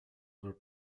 were